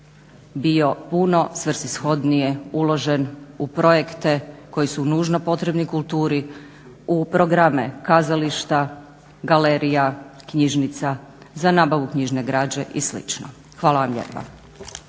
bio puno svrsishodnije uložen u projekte koji su nužno potrebni kulturi, u programe kazališta, galerija, knjižnica, za nabavu knjižne građe i slično. Hvala vam lijepa.